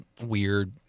weird